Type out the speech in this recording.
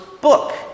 book